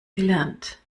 gelernt